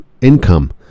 income